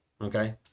Okay